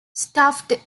stuffed